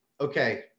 okay